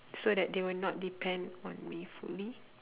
so that they will not depend on me fully